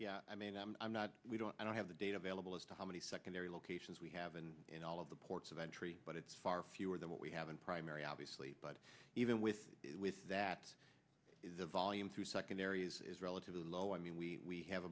need i mean i'm not we don't i don't have the data available as to how many secondary locations we have and in all of the ports of entry but it's far fewer than what we have in primary obviously but even with that is a volume through secondaries is relatively low i mean we have